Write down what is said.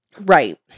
Right